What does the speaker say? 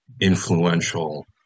influential